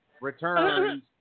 returns